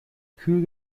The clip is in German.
kühl